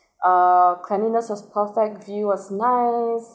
uh cleanliness was perfect view was nice